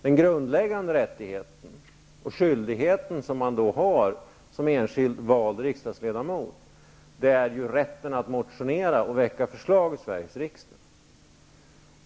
Den grundläggande rättigheten och skyldigheten som man har som enskild, vald riksdagsledamot är rätten att motionera och väcka förslag i Sveriges riksdag.